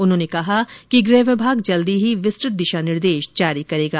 उन्होंने कहा कि गृह विभाग जल्द ही विस्तृत दिशा निर्देश जारी करेगा